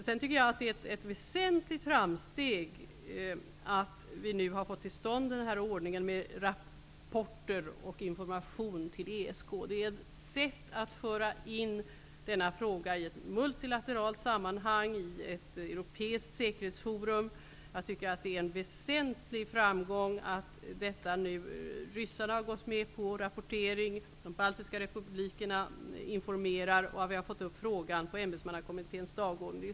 Sedan tycker jag att det är ett väsentligt framsteg att vi nu har fått till stånd den här ordningen med rapporter och information till ESK. Det är ett sätt att föra in denna fråga i ett multilateralt sammanhang och i ett europeiskt säkerhetsforum. Jag tycker att det är en väsentlig framgång att ryssarna har gått med på rapportering, att de baltiska republikerna informerar och att vi har fått upp frågan på ämbetsmannakommitténs dagordning.